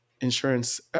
insurance